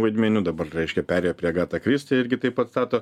vaidmeniu dabar reiškia perėjo prie agata kristi irgi taip pat stato